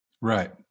Right